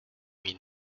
mean